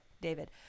David